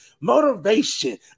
motivation